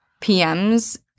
PMs